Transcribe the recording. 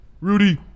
Rudy